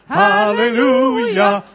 hallelujah